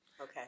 Okay